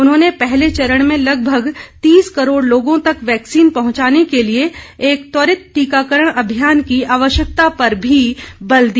उन्होंने पहले चरण में लगभग तीस करोड़ लोगों तक वैक्सीन पहुंचाने के लिए एक त्वरित टीकाकरण अभियान की आवश्यकता पर भी बल दिया